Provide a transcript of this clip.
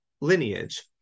lineage